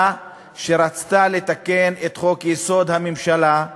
כשרצתה לתקן את חוק-יסוד: הממשלה,